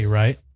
right